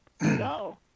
No